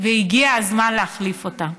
והגיע הזמן להחליף אותה.